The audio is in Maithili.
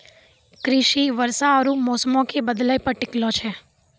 कृषि वर्षा आरु मौसमो के बदलै पे टिकलो छै